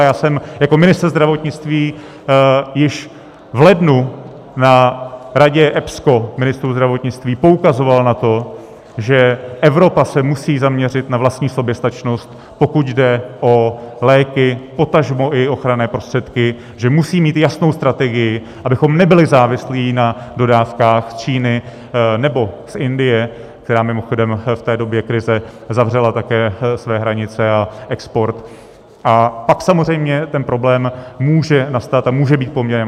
Já jsem jako ministr zdravotnictví již v lednu na radě ministrů zdravotnictví EPSCO poukazoval na to, že Evropa se musí zaměřit na vlastní soběstačnost, pokud jde o léky, potažmo i ochranné prostředky, že musí mít jasnou strategii, abychom nebyli závislí na dodávkách z Číny nebo z Indie, která mimochodem v té době krize zavřela také své hranice a export, a pak samozřejmě ten problém může nastat a může být poměrně masivní.